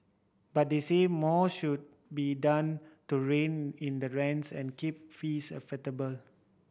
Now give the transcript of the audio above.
but they said more should be done to rein in the rents and keep fees affordable